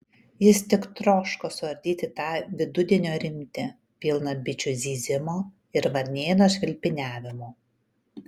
jis tik troško suardyti tą vidudienio rimtį pilną bičių zyzimo ir varnėno švilpiniavimų